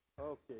okay